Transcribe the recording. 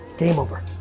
game over,